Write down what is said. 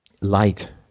light